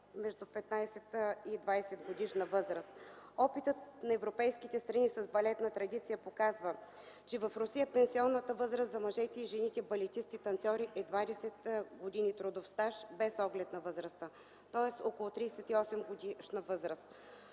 между 15 и 20 годишна възраст. Опитът на европейските страни с балетна традиция показва, че в Русия пенсионната възраст на мъжете и жените балетисти и танцьори е 20 години трудов стаж без оглед на възрастта, тоест около 38-годишна възраст;